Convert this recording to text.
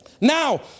Now